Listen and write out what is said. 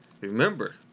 remember